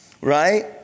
Right